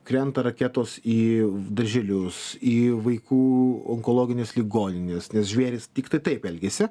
krenta raketos į darželius į vaikų onkologines ligonines nes žvėrys tiktai taip elgiasi